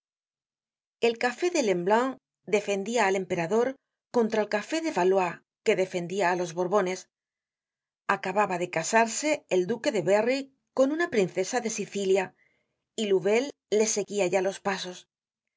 el café de lemblin defendia al emperador contra el café de fvalois que defendia a los borbones acababa de casarse el duque de berry con una princesa de sicilia y louvel le seguia ya los pasos